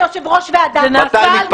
ועכשיו אתה כיושב-ראש ועדה,